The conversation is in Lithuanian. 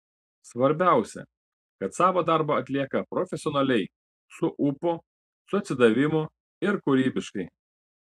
svarbiausia kad savo darbą atlieka profesionaliai su ūpu su atsidavimu ir kūrybiškai